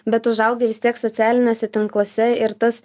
bet užaugę vis tiek socialiniuose tinkluose ir tas